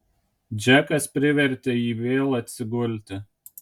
džekas privertė jį vėl atsigulti